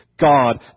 God